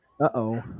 Uh-oh